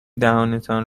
دهانتان